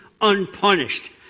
unpunished